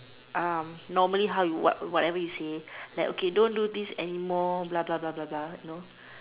́(uh) normally how you what whatever you say like okay don't do this anymore blah blah blah blah blah you know